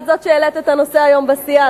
את העלית את הנושא היום בסיעה,